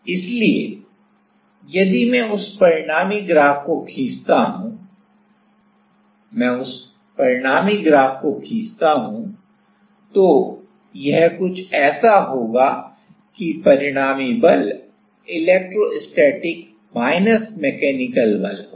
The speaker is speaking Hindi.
इसलिए यदि मैं उस परिणामी ग्राफ को खींचता हूं यदि मैं परिणामी ग्राफ खींचता हूं तो यह कुछ ऐसा होगा कि परिणामी बल इलेक्ट्रोस्टैटिक माइनस मैकेनिकल बल होगा